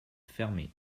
fermée